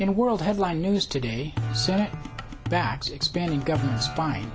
know world headline news today set backs expanding governments fin